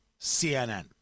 CNN